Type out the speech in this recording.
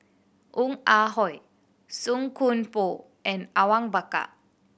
Ong Ah Hoi Song Koon Poh and Awang Bakar